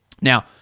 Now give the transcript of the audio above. Now